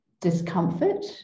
discomfort